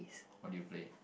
what do you play